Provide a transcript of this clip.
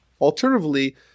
Alternatively